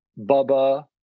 bubba